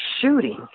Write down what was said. shooting